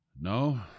No